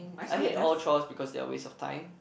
I hate all chores because they are waste of time